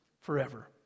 forever